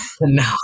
No